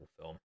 film